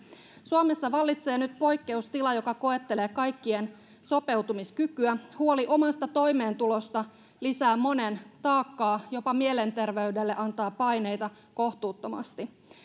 suomessa vallitsee nyt poikkeustila joka koettelee kaikkien sopeutumiskykyä huoli omasta toimeentulosta lisää monen taakkaa jopa mielenterveydelle antaa paineita kohtuuttomasti